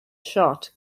shot